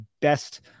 best